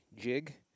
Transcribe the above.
jig